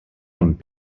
amb